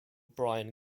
brian